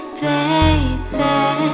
baby